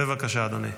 בבקשה, אדוני.